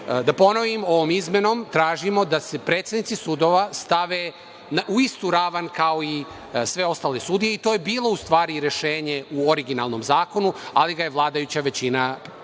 ponovim, ovom izmenom tražimo da se predsednici sudova stave u istu ravan kao i sve ostale sudije i to je bilo, u stvari, rešenje u originalnom zakonu, ali ga je vladajuća većina promenila.